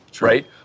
right